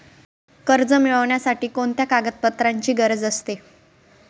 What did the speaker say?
कर्ज मिळविण्यासाठी कोणत्या कागदपत्रांची गरज असते?